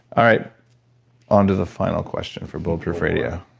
all right onto the final question for bulletproof radio.